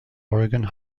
oregon